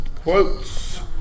quotes